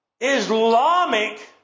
Islamic